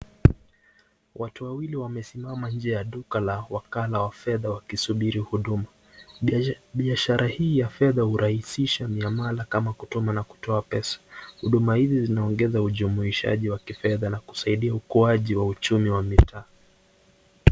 Watu wawaili wamesimama nje ya duka la wakala wa fedha wakisubiri huduma, biashara hii ya fedha hurahisisha mnyamala kama kutuma na kutoa pesa, huduma hizi zinaongeza ujumuishaji wa kifedha na kusaidia ukuaji Wa uchumi wa mitaa.